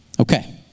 Okay